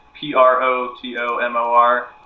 P-R-O-T-O-M-O-R